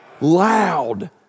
loud